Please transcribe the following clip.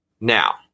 Now